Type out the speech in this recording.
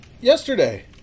yesterday